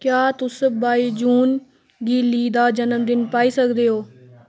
क्या तुस बाई जून गी ली दा जन्मदिन पाई सकदे ओ